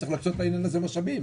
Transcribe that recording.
צריך להקצות לעניין הזה משאבים.